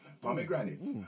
Pomegranate